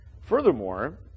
Furthermore